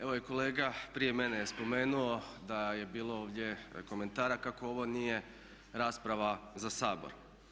Evo i kolega prije mene je spomenuo da je bilo ovdje komentara kako ovo nije rasprava za Sabor.